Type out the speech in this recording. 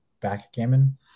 Backgammon